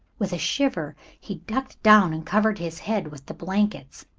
with a shiver he ducked down and covered his head with the blankets.